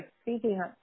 speaking